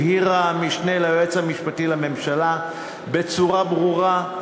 הבהיר המשנה ליועץ המשפטי לממשלה בצורה ברורה,